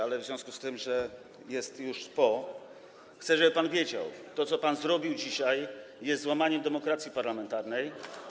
Ale w związku z tym, że jest już po nim, to chcę, żeby pan wiedział: To, co pan zrobił dzisiaj, jest złamaniem demokracji parlamentarnej.